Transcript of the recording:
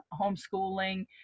homeschooling